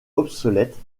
obsolètes